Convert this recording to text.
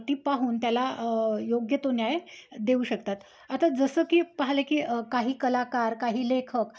ती पाहून त्याला योग्य तो न्याय देऊ शकतात आता जसं की पाहले की काही कलाकार काही लेखक